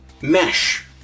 mesh